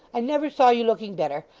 i never saw you looking better.